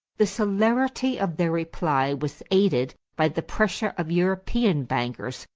the celerity of their reply was aided by the pressure of european bankers,